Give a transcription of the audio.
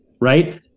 Right